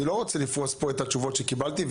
אני לא רוצה לפרוס פה את התשובות שקיבלתי.